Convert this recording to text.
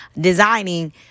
designing